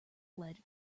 lead